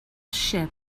ship